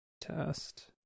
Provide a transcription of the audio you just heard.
Test